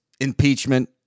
impeachment